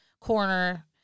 corner